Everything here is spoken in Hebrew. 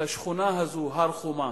השכונה הזאת הר-חומה,